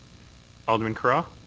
alderman carra?